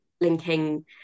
linking